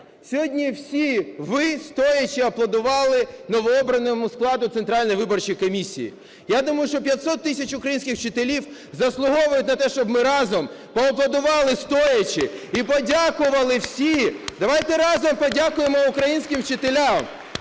Сьогодні всі ви стоячи аплодували новообраному складу Центральної виборчої комісії. Я думаю, що 500 тисяч українських вчителів заслуговують на те, щоб ми разом поаплодували стоячи і подякували всі! Давайте разом подякуємо українським вчителям,